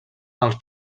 els